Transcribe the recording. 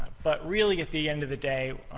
but really, at the end of the day,